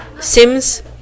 Sims